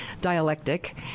dialectic